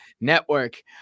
Network